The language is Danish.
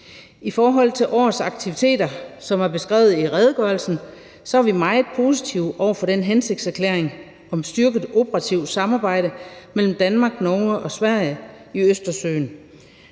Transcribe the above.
I forhold til årets aktiviteter, som er beskrevet i redegørelsen, er vi meget positive over for den hensigtserklæring om et styrket operativt samarbejde mellem Danmark, Norge og Sverige i Østersøen,